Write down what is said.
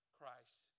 Christ